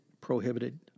prohibited